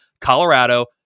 Colorado